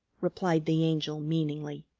replied the angel meaningly.